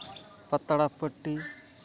ᱯᱟᱛᱲᱟ ᱯᱟᱹᱴᱤ